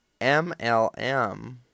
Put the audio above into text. MLM